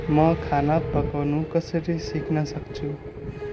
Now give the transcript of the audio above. म खाना पकाउनु कसरी सिक्न सक्छु